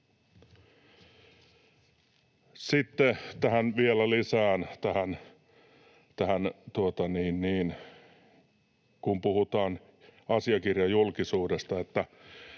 Sitten vielä lisään tähän, kun puhutaan asiakirjajulkisuudesta,